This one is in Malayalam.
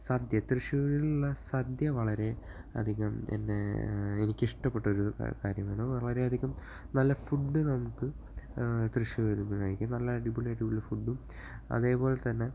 സദ്യ തൃശ്ശൂരിലുള്ള സദ്യ വളരെ അധികം എന്നെ എനിക്കിഷ്ടപ്പെട്ട ഒരു കാര്യമാണ് വളരെയധികം നല്ല ഫുഡ് നമുക്ക് തൃശ്ശൂരിൽ നിന്ന് കഴിക്കാം നല്ല അടിപൊളി അടിപൊളി ഫുഡും അതേപോലെതന്നെ